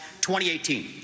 2018